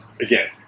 again